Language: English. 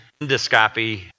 endoscopy